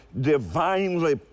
divinely